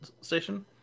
station